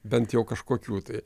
bent jau kažkokių tai